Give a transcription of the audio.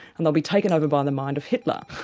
and they'll be taken over by the mind of hitler.